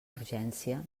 urgència